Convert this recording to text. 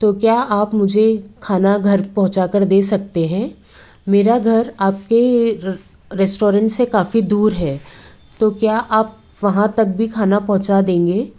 तो क्या आप मुझे खाना घर पहुँचा कर दे सकते हैं मेरा घर आपके रेस्टोरेंट से काफ़ी दूर है तो क्या आप वहाँ तक भी खाना पहुँचा देंगे